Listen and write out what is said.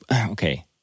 okay